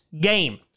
game